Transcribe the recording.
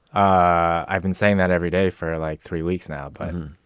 i've been saying that every day for like three weeks now. but,